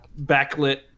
backlit